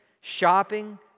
shopping